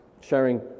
sharing